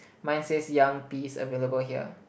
mine says young peas available here